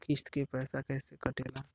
किस्त के पैसा कैसे कटेला?